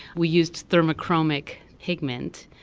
we used thermochromic pigment.